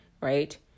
right